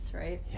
right